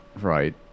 Right